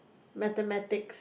Mathematics